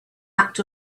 act